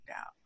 out